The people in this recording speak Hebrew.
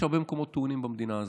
יש הרבה מקומות טעונים במדינה הזאת.